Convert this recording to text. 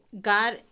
God